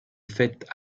faites